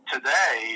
Today